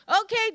Okay